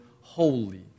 holy